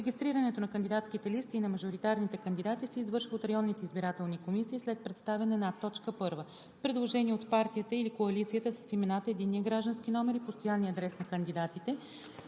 Регистрирането на кандидатските листи и на мажоритарните кандидати се извършва от районните избирателни комисии след представяне на: 1. предложение от партията или коалицията с имената, единния граждански номер и постоянния адрес на кандидатите;